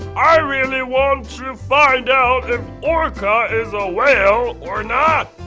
i really want to find out if orca is a whale or not!